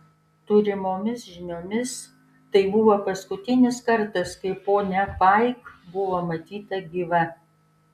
turimomis žiniomis tai buvo paskutinis kartas kai ponia paik buvo matyta gyva